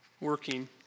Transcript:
working